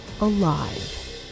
alive